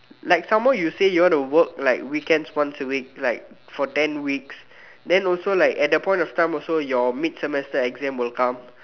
like some more you say you want to work like weekends once a week like for ten weeks then also like at that point of time also your mid semester exam will come